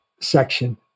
section